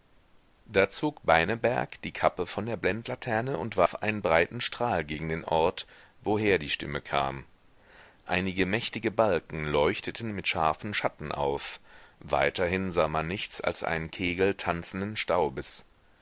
da zog beineberg die kappe von der blendlaterne und warf einen breiten strahl gegen den ort woher die stimme kam einige mächtige balken leuchteten mit scharfen schatten auf weiterhin sah man nichts als einen kegel tanzenden staubes